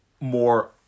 more